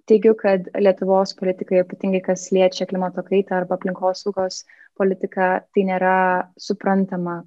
teigiu kad lietuvos politikai ypatingai kas liečia klimato kaitą arba aplinkosaugos politiką tai nėra suprantama